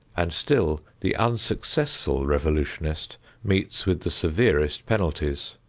and still the unsuccessful revolutionist meets with the severest penalties.